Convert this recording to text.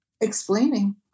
Explaining